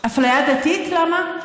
אפליה דתית למה?